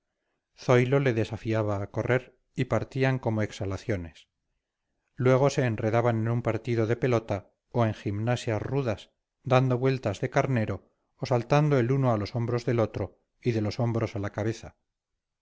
increíbles zoilo le desafiaba a correr y partían como exhalaciones luego se enredaban en un partido de pelota o en gimnasias rudas dando vueltas de carnero o saltando el uno a los hombros del otro y de los hombros a la cabeza